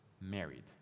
married